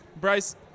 Bryce